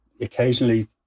occasionally